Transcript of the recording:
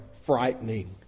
frightening